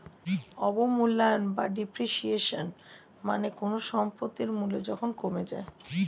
অবমূল্যায়ন বা ডেপ্রিসিয়েশন মানে কোনো সম্পত্তির মূল্য যখন কমে যায়